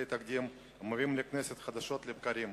התקדים המובאים לכנסת חדשות לבקרים,